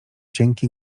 cienki